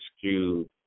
Cube